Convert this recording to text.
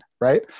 right